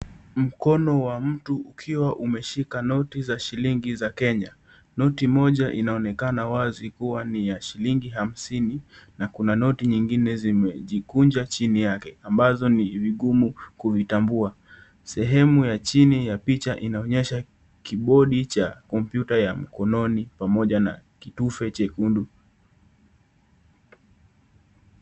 Mkono wa mtu ukiwa umeshika noti za shilingi za Kenya. Noti moja inaonekana wazi ni ya shilingi hamsini na kuna noti nyingine zimejikunja chini yake ambazo kuvitambua sehemu ya chini ya picha inaonyesha keyboard ya computer ya mkononi pamoja na kituve jekundu.